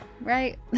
right